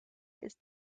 ist